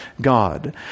God